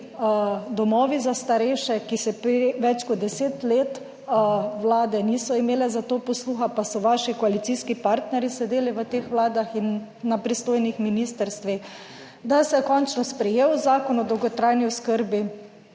domovi za starejše, ki se pri več kot deset let Vlade niso imele za to posluha, pa so vaši koalicijski partnerji sedeli v teh vladah in na pristojnih ministrstvih. Da se je končno sprejel Zakon o dolgotrajni oskrbi,